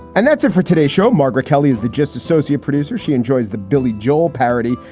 and that's it for today's show. margaret kelly is the just associate producer, she enjoys the billy joel parody.